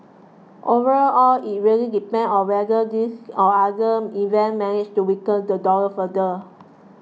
overall it really depends on whether these or other events manage to weaken the dollar further